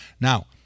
Now